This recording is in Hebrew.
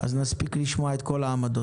הוא רוצה לקנות בבלוק ב-600 אלף,